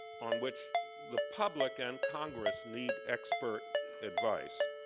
on which the public and congress need expert advice.